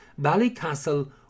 Ballycastle